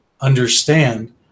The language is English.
understand